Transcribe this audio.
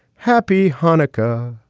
happy hanukkah.